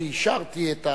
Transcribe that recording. אישרתי,